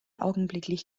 augenblicklich